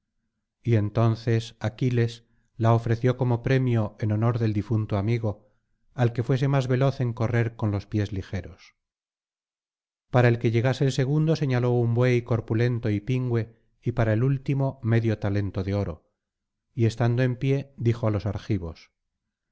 y entonces aquiles la ofreció como premio en honor del difunto amigo al que fuese más veloz en correr con los pies ligeros para el que llegase el segundo señaló un buey corpulento y pingüe y para el último medio talento de oro y estando en pie dijo á los argivos